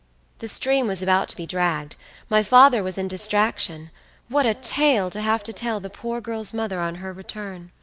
the stream was about to be dragged my father was in distraction what a tale to have to tell the poor girl's mother on her return.